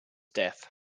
death